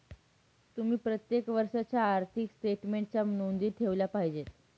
तुम्ही प्रत्येक वर्षाच्या आर्थिक स्टेटमेन्टच्या नोंदी ठेवल्या पाहिजेत